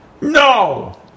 No